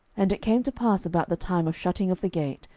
and it came to pass about the time of shutting of the gate,